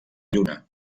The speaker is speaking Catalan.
lluna